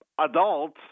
Adults